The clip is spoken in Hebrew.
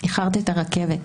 איחרת את הרכבת.